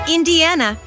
Indiana